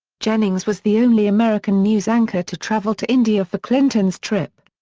jennings was the only american news anchor to travel to india for clinton's trip.